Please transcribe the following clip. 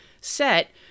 set